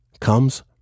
comes